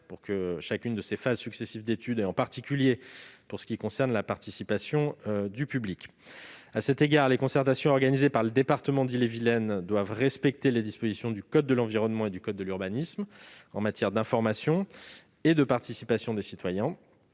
pour chacune de ses phases d'études, en particulier en ce qui concerne la participation du public. À cet égard, les concertations organisées par le département d'Ille-et-Vilaine doivent respecter les dispositions du code de l'environnement et du code de l'urbanisme en matière d'information et de participation des citoyens.